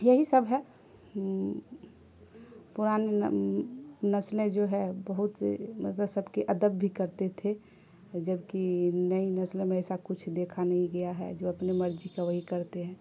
یہی سب ہے پرانی نسلیں جو ہے بہت مطلب سب کے ادب بھی کرتے تھے جبکہ نئی نسلوں میں ایسا کچھ دیکھا نہیں گیا ہے جو اپنے مرضی کا وہی کرتے ہیں